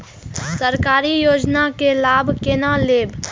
सरकारी योजना के लाभ केना लेब?